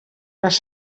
les